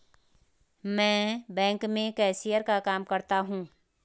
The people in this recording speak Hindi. मैं बैंक में कैशियर का काम करता हूं